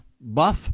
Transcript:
Buff